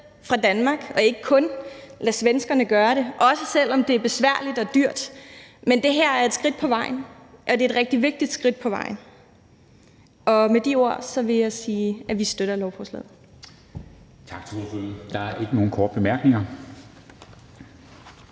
fra Danmark og ikke kun lader svenskerne gøre det, også selv om det er besværligt og dyrt. Men det her er et skridt på vejen, og det er et rigtig vigtigt skridt på vejen. Med de ord vil jeg sige, at vi støtter lovforslaget.